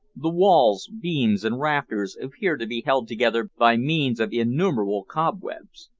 the walls, beams, and rafters, appear to be held together by means of innumerable cobwebs.